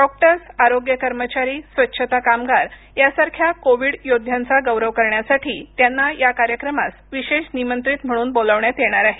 doctors आरोग्य कर्मचारी स्वच्छता कामगार यांसारख्या कोविड योद्ध्यांचा गौरव करण्यासाठी त्यांना या कार्यक्रमास विशेष निमंत्रित म्हणून बोलावण्यात येणार आहे